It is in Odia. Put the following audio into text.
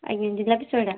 ଆଜ୍ଞା ଜିଲାପି ଶହେଟା